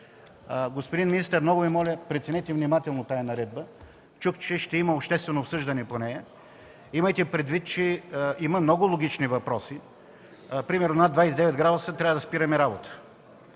Господин министър, много Ви моля, преценете внимателно тази наредба. Чух, че ще има обществено обсъждане по нея. Имайте предвид, че има много логични въпроси. Примерно, над 29 градуса трябва да спираме работа.